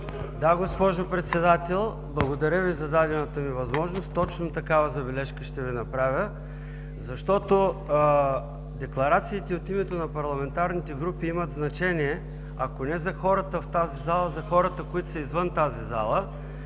Да, госпожо Председател – благодаря Ви за дадената ми възможност, точно такава забележка ще Ви направя, защото декларациите от името на парламентарните групи имат значение, ако не за хората в тази зала, за хората, които са извън тази зала,